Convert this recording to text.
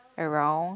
around